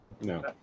No